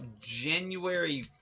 January